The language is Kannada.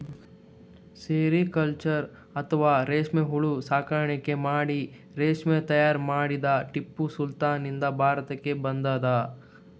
ಸೆರಿಕಲ್ಚರ್ ಅಥವಾ ರೇಶ್ಮಿ ಹುಳ ಸಾಕಾಣಿಕೆ ಮಾಡಿ ರೇಶ್ಮಿ ತೈಯಾರ್ ಮಾಡದ್ದ್ ಟಿಪ್ಪು ಸುಲ್ತಾನ್ ನಿಂದ್ ಭಾರತಕ್ಕ್ ಬಂದದ್